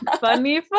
funny